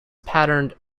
patterned